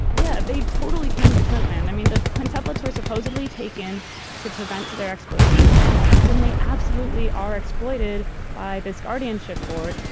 yeah, they totally came to quintland. i mean the quintuplets were supposedly taken to prevent their exploitation, but then they absolutely are exploited by this guardianship board.